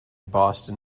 boston